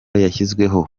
yashyizweho